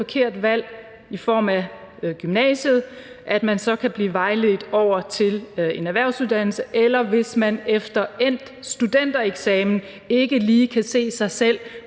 forkert valg i form af gymnasiet, så kan man blive vejledt over til en erhvervsuddannelse, eller hvis man efter endt studentereksamen ikke lige kan se sig selv